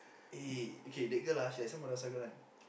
eh okay that girl ah she like some madrasah girl one